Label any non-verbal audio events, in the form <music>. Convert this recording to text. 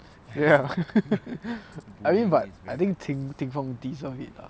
ya <laughs> I mean but I think ting feng deserve it ah